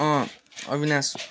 Avinash